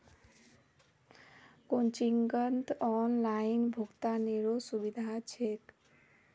कोचिंगत ऑनलाइन भुक्तानेरो सुविधा छेक